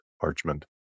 parchment